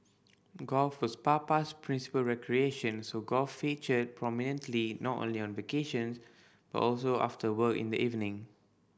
golf was Papa's principal recreation so golf featured prominently not only on vacations but also after work in the evening